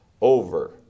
over